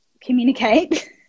communicate